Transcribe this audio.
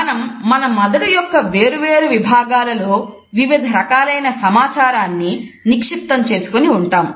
మనం మన మెదడు యొక్క వేరు వేరు విభాగాలలో వివిధ రకాలైన సమాచారాన్ని నిక్షిప్తం చేసుకొనిఉంటాము